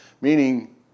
meaning